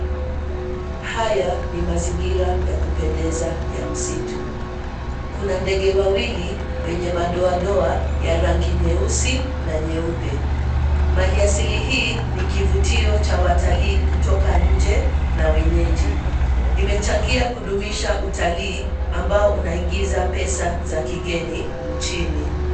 Haya ni mazingira ya kupendeza ya msitu, kuna ndege wawili wenye madoadoa ya rangi nyeusi na nyeupe. Mali asili hii ni kivutio cha watalii kutoka nje na wenyeji. Imechangia kudumisha utalii ambao unaingiza pesa za kigeni nchini.